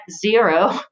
zero